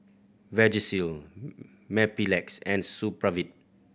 Vagisil Mepilex and Supravit